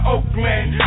Oakland